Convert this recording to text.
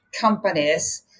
companies